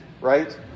right